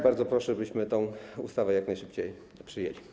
Bardzo proszę, abyśmy tę ustawę jak najszybciej przyjęli.